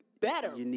better